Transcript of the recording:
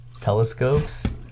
telescopes